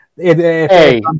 Hey